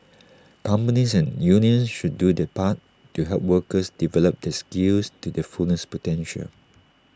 companies and unions should do their part to help workers develop their skills to their fullest potential